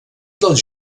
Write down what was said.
dels